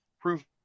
Prove